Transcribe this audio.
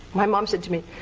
my mom said to me,